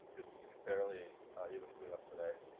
you'd, you could barely even boot up today.